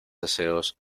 deseos